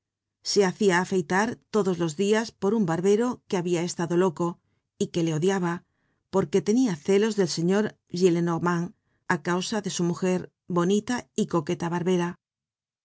se hacia afeitar todos los dias por un barbero que habia estado loco y que le odiaba porque tenia celos del señor gillenormand á causa de su mujer bonita y coqueta barbera